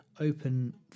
open